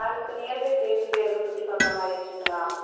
அதுக்கு nearby places வேறு எதுவும் சுற்றி பார்க்கற மாதிரி இருக்குங்களா